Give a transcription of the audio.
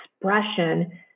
expression